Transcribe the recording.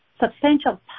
Substantial